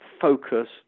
focused